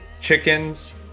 chickens